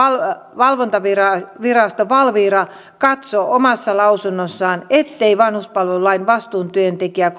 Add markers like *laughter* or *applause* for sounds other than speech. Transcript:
valvontavirasto valvira katsoo omassa lausunnossaan ettei vanhuspalvelulain vastuutyöntekijää *unintelligible*